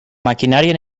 maquinària